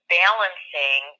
balancing